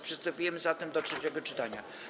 Przystępujemy zatem do trzeciego czytania.